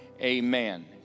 Amen